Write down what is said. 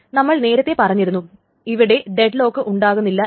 നമ്മൾ നേരത്തെ പറഞ്ഞിരുന്നു ഇവിടെ ഡെഡ്ലോക്ക് ഉണ്ടാകുന്നില്ല എന്ന്